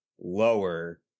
lower